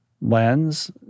lens